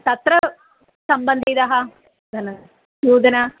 तत्र सम्बन्धितं धनं नूतनम्